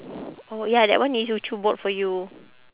oh ya that one is bought for you